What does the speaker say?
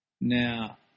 Now